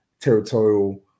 territorial